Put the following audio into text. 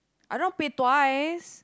I don't want pay twice